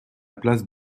place